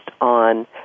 on